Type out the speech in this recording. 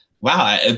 Wow